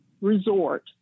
resort